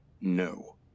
No